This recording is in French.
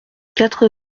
quatre